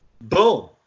Boom